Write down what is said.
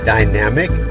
Dynamic